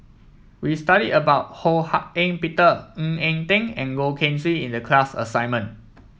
we studied about Ho Hak Ean Peter Ng Eng Teng and Goh Keng Swee in the class assignment